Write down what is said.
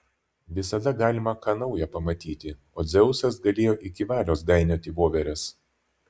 visada galima ką nauja pamatyti o dzeusas galėjo iki valios gainioti voveres